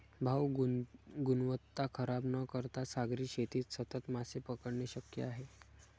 भाऊ, गुणवत्ता खराब न करता सागरी शेतीत सतत मासे पकडणे शक्य आहे